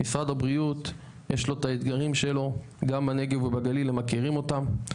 למשרד הבריאות יש את האתגרים שלו גם בנגב ובגליל הם מכירים אותם.